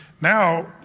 Now